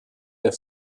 der